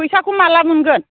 फैसाखौ माब्ला मोनगोन